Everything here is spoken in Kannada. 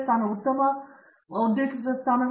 ಪ್ರತಾಪ್ ಹರಿಡೋಸ್ ಸರಿ